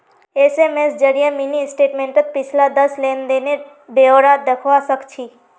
SMS जरिए mini स्टेटमेंटत पिछला दस लेन देनेर ब्यौरा दखवा सखछी